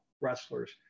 wrestlers